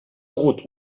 hagut